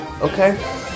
Okay